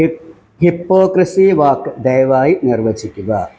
hip hypocrisy വാക്ക് ദയവായി നിർവ്വചിക്കുക